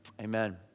amen